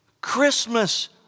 Christmas